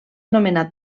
nomenat